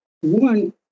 one